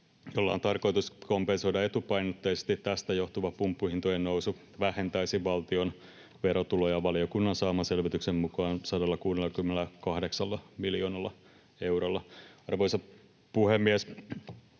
jolla on tarkoitus kompensoida etupainotteisesti tästä johtuva pumppuhintojen nousu, vähentäisi valtion verotuloja valiokunnan saaman selvityksen mukaan 168 miljoonalla eurolla. Arvoisa puhemies!